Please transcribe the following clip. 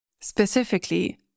specifically